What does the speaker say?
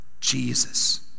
Jesus